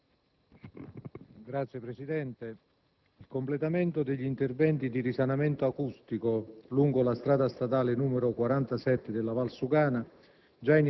Signor Presidente, il completamento degli intereventi di risanamento acustico lungo la strada statale n. 47 "della Valsugana",